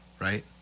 right